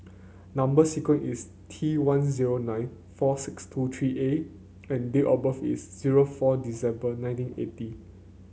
number sequence is T one zero nine four six two three A and date of birth is zero four December nineteen eighty